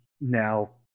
now